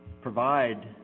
provide